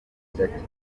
biracyari